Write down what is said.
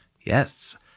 yes